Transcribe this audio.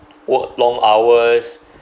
work long hours